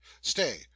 stay